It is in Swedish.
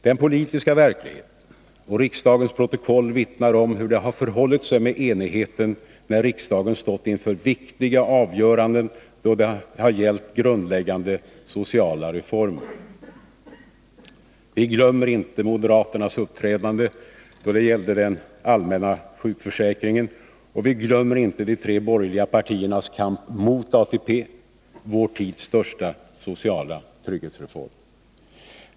Den politiska verkligheten och riksdagens protokoll vittnar om hur det förhållit sig med enigheten när riksdagen stått inför viktiga avgöranden då det har gällt grundläggande sociala reformer. Vi glömmer inte moderaternas uppträdande då det gällde den allmänna sjukförsäkringen, och vi glömmer inte de tre borgerliga partiernas kamp mot ATP -— vår tids största sociala trygghetsreform.